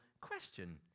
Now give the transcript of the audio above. question